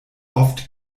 oft